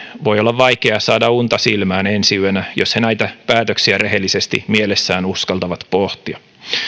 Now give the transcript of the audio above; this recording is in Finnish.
voi olla vaikea saada unta silmään ensi yönä jos he näitä päätöksiä rehellisesti mielessään uskaltavat pohtia